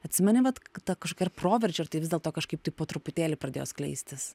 atsimeni vat kad ta kažkokia ar proveržio ir tai vis dėlto kažkaip tai po truputėlį pradėjo skleistis